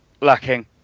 lacking